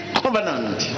covenant